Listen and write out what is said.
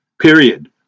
Period